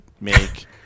make